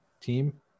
team